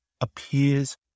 appears